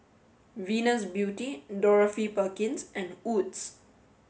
Venus Beauty Dorothy Perkins and Wood's